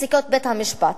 ופסיקות בית-המשפט,